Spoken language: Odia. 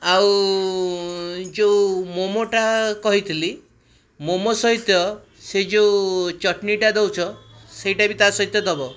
ଆଉ ଯେଉଁ ମୋମୋଟା କହିଥିଲି ମୋମୋ ସହିତ ସେହି ଯେଉଁ ଚଟଣୀଟା ଦେଉଛ ସେଇଟା ବି ତା' ସହିତ ଦେବ